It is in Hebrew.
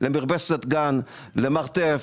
למרפסת גן או למרתף.